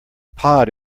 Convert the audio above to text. pod